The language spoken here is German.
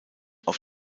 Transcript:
auf